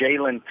Jalen